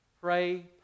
Pray